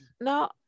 no